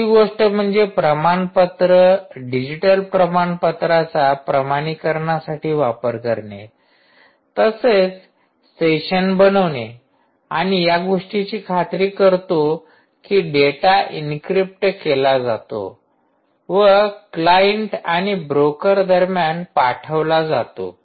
तिसरी गोष्ट म्हणजे प्रमाणपत्र डिजिटल प्रमाणपत्राचा प्रमाणीकरणासाठी वापर करणे तसेच सेशन बनवणे आणि या गोष्टीची खात्री करतो कि डेटा एन्क्रिप्ट केला जातो व क्लाइंट आणि ब्रोकर दरम्यान पाठवला जातो